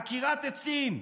עקירת עצים,